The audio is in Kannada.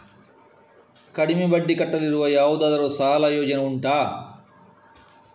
ಕಡಿಮೆ ಬಡ್ಡಿ ಕಟ್ಟಲಿಕ್ಕಿರುವ ಯಾವುದಾದರೂ ಸಾಲ ಯೋಜನೆ ಉಂಟಾ